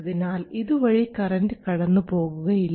അതിനാൽ ഇതുവഴി കറൻറ് കടന്നു പോകുകയില്ല